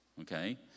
Okay